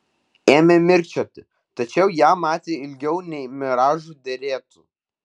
ėmė mirkčioti tačiau ją matė ilgiau nei miražui derėtų